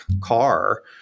car